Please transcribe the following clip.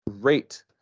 Great